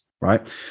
right